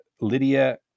Lydia